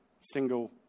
single